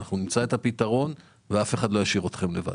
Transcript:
אנחנו נמצא את הפתרון, ואף אחד לא ישאיר אתכם לבד.